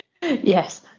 Yes